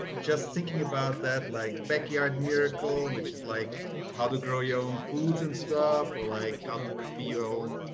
just thinking about that like backyard miracle, which is like how to grow your own foods and stuff or like how to be your own,